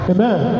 Amen